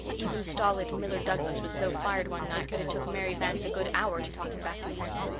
even stolid miller douglas was so fired one night that it took mary vance a good hour to talk him back to sense.